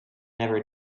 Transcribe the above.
never